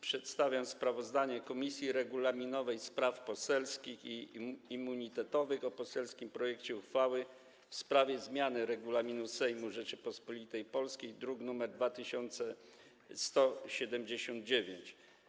Przedstawiam sprawozdanie Komisji Regulaminowej, Spraw Poselskich i Immunitetowych o poselskim projekcie uchwały w sprawie zmiany Regulaminu Sejmu Rzeczypospolitej Polskiej, druk nr 2179.